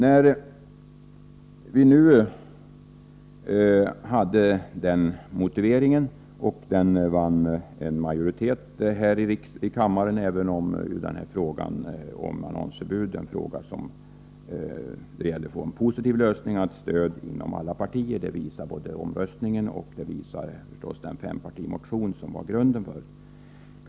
Med denna motivering avvisade majoriteten här i kammaren kravet på annonsförbud. Reservationen som eftersträvade en positiv lösning fick dock stöd inom alla partier — det visar omröstningsresultatet och det var ju en fempartimotion som var grunden för den.